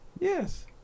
Yes